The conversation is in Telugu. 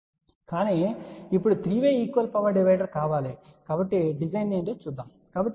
కానీ ఇప్పుడు 3 వే ఈక్వల్ పవర్ డివైడర్ కావాలి కాబట్టి డిజైన్ను చూద్దాం